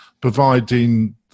providing